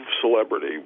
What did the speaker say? celebrity